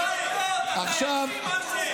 אלה לא עובדות, תן את הנתונים.